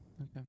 Okay